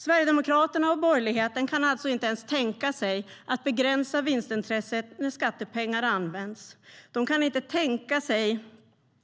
Sverigedemokraterna och borgerligheten kan alltså inte ens tänka sig att begränsa vinstintresset när skattepengar används. De kan inte tänka sig